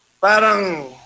parang